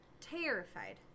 Terrified